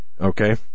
okay